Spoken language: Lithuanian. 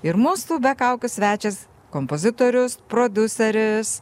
ir mūsų be kaukių svečias kompozitorius prodiuseris